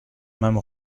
même